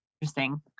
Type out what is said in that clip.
interesting